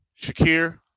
Shakir